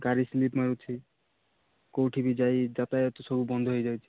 ଗାଡ଼ି ସ୍ଲିପ୍ ମିଳୁଛି କେଉଁଠି ବି ଯାଇ ଯାତାୟାତ ସବୁ ବନ୍ଦ ହୋଇଯାଇଛି